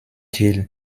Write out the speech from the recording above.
jill